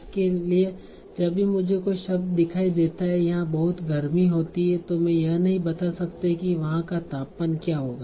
इसलिए जब भी मुझे कोई शब्द दिखाई देता है यहां बहुत गर्मी होती है मैं यह नहीं बता सकता कि वहां का तापमान क्या होगा